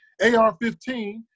AR-15